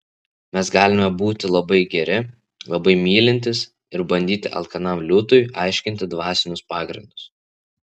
mes galime būti labai geri labai mylintys ir bandyti alkanam liūtui aiškinti dvasinius pagrindus